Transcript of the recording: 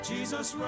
Jesus